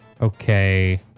Okay